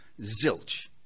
zilch